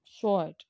short